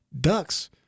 ducks